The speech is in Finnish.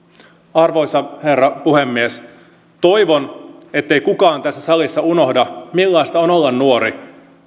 arvoisa herra puhemies toivon ettei kukaan tässä salissa unohda millaista on olla nuori